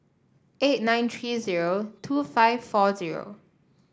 eight nine three zero two five four zero